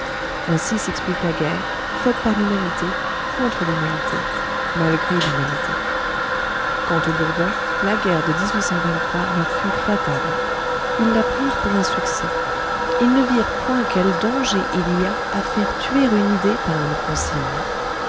ainsi s'explique la guerre faite par l'humanité contre l'humanité malgré l'humanité quant aux bourbons la guerre de leur fut fatale ils la prirent pour un succès ils ne virent point quel danger il y a à faire tuer une idée par une consigne